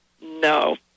No